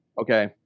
okay